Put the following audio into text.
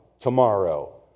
tomorrow